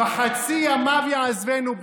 בחצי ימיו יעזבנו,